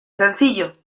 sencillo